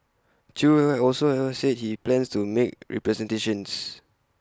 chew are also said he plans to make representations